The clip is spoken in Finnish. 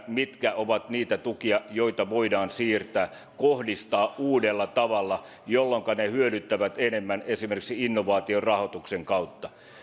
mitkä ovat niitä tukia joita voidaan siirtää kohdistaa uudella tavalla jolloinka ne hyödyttävät enemmän esimerkiksi innovaatiorahoituksen kautta